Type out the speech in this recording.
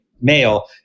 male